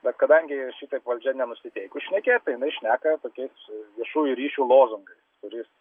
bet kadangi šitaip valdžia nenusiteikus šnekėt tai jinai šneka tokiais viešųjų ryšių lozungais kuris